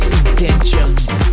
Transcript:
intentions